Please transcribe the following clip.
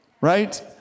Right